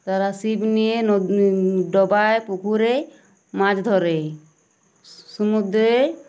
তারা ছিপ নিয়ে নদী ডোবায় পুকুরে মাছ ধরে সমুদ্রে